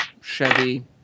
Chevy